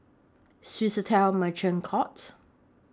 Swissotel Merchant Court